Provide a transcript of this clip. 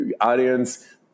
audience